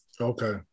Okay